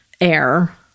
air